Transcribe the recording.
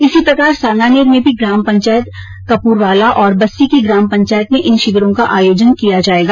इसी प्रकार सांगानेर में भी ग्राम पंचायत कपूरावाला और बस्सी की ग्राम पंचायत में इन शिविरों का आयोजन किया जायेगा